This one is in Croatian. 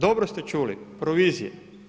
Dobro ste čuli, provizije.